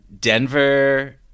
Denver